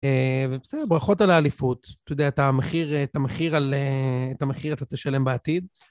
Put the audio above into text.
ובסדר, ברכות על האליפות. אתה יודע, את המחיר אתה תשלם בעתיד.